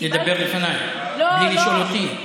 לדבר לפניי בלי לשאול אותי?